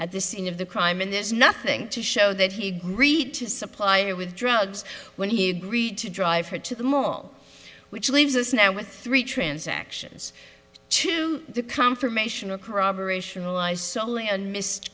at the scene of the crime and there's nothing to show that he agreed to supply her with drugs when he agreed to drive her to the mall which leaves us now with three transactions to the conformational corroboration relies solely on missed